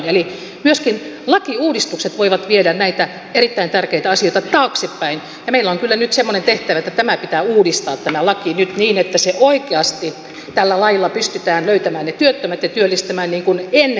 eli myöskin lakiuudistukset voivat viedä näitä erittäin tärkeitä asioita taaksepäin ja meillä on kyllä nyt semmoinen tehtävä että tämä pitää uudistaa tämä laki nyt niin että oikeasti tällä lailla pystytään löytämään ne työttömät ja työllistämään niin kuin ennen tätä uudistusta